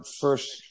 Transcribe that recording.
first